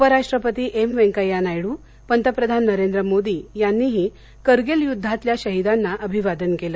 उपराष्ट्रपती एम व्यंकथ्या नायडू पंतप्रधान नरेंद्र मोदी यांनीही करगिल युद्धातल्या शहिदांना अभिवादन केलं